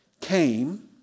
came